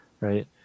Right